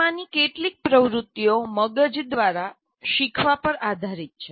તેમાંની કેટલીક પ્રવૃત્તિઓ મગજ દ્વારા શીખવા પર આધારિત છે